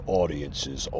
audiences